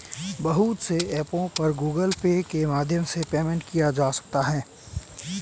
बहुत से ऐपों पर गूगल पे के माध्यम से पेमेंट किया जा सकता है